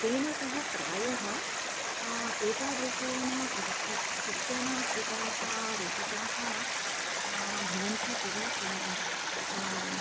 तेन सह प्रायः एतादृशेन प्रिष्टं पिष्टेन कृताः रोटिकाः भवन्ति तदा तु